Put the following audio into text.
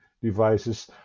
devices